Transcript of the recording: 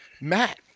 Matt